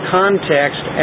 context